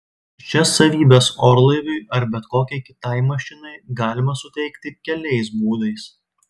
šias savybes orlaiviui ar bet kokiai kitai mašinai galima suteikti keliais būdais